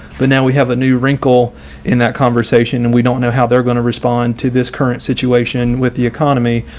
but now we have a new wrinkle in that conversation. and we don't know how they're going to respond to this current situation with the economy.